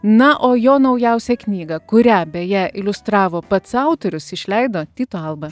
na o jo naujausią knygą kurią beje iliustravo pats autorius išleido tyto alba